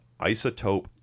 Isotope